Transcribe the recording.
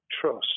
trust